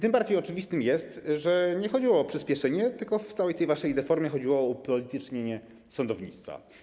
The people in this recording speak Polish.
Tym bardziej oczywiste jest, że nie chodziło o przyspieszenie, tylko w całej tej waszej deformie chodziło o upolitycznienie sądownictwa.